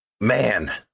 man